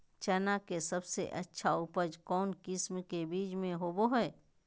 चना के सबसे अच्छा उपज कौन किस्म के बीच में होबो हय?